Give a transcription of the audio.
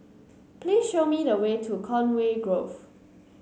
please show me the way to Conway Grove